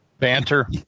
Banter